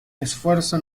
esfuerzo